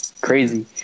Crazy